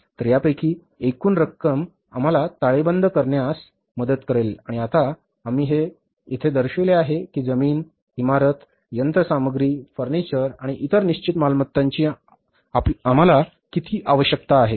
तर यापैकी एकूण रक्कम आम्हाला ताळेबंद तयार करण्यास मदत करेल आणि आता आम्ही हे येथे दर्शविले आहे की जमीन इमारत यंत्रसामग्री फर्निचर आणि इतर निश्चित मालमत्तांची आपल्याला किती आवश्यकता आहे